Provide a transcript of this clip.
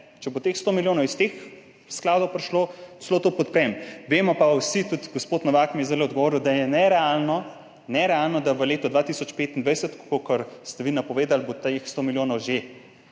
če bo teh 100 milijonov prišlo iz teh skladov, celo to podprem. Vemo pa vsi, tudi gospod Novak mi je zdaj odgovoril, da je nerealno, da bo že v letu 2025, kolikor ste vi napovedali, teh 100 milijonov